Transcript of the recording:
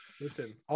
Listen